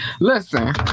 Listen